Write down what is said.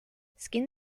skin